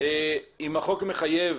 אם החוק מחייב